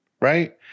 right